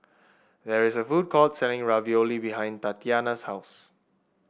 there is a food court selling Ravioli behind Tatyanna's house